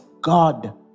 God